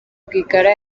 rwigara